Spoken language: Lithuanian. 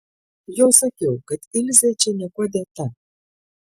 jau sakiau kad ilzė čia niekuo dėta